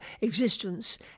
existence